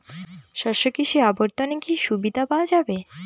শস্য কৃষি অবর্তনে কি সুবিধা পাওয়া যাবে?